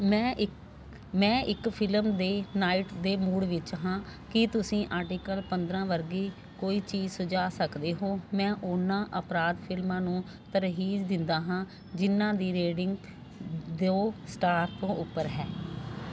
ਮੈਂ ਇੱਕ ਮੈਂ ਇੱਕ ਫਿਲਮ ਦੇ ਨਾਈਟ ਦੇ ਮੂਡ ਵਿੱਚ ਹਾਂ ਕੀ ਤੁਸੀਂ ਆਰਟੀਕਲ ਪੰਦਰ੍ਹਾਂ ਵਰਗੀ ਕੋਈ ਚੀਜ਼ ਸੁਝਾਅ ਸਕਦੇ ਹੋ ਮੈਂ ਉਹਨਾਂ ਅਪਰਾਧ ਫਿਲਮਾਂ ਨੂੰ ਤਰਜੀਹ ਦਿੰਦਾ ਹਾਂ ਜਿਨ੍ਹਾਂ ਦੀ ਰੇਟਿੰਗ ਦੋ ਸਟਾਰ ਤੋਂ ਉੱਪਰ ਹੈ